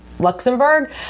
Luxembourg